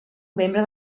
membre